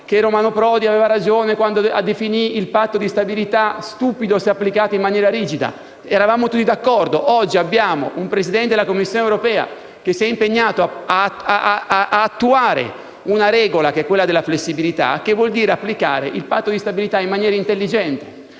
Romano Prodi aveva ragione quando definì il Patto di stabilità stupido se applicato in maniera rigida. Oggi abbiamo un Presidente della Commissione europea che si è impegnato ad attuare una regola, quella della flessibilità, che vuol dire applicare il Patto di stabilità in maniera intelligente.